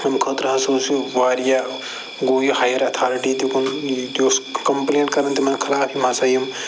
تَمہِ خٲطرٕ ہَسا اوس یہِ واریاہ گوٚو یہِ ہَیَر ایتھارٹی تہِ کُن یہِ تہِ اوس کَمپلینٹ کران تِمن خلاف یم ہَسا یِم